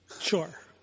Sure